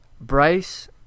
Bryce